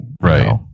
Right